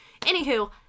anywho